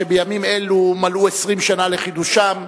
שבימים אלו מלאו 20 שנה לחידושם,